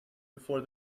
before